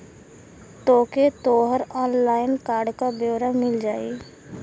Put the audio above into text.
तोके तोहर online card क ब्योरा मिल जाई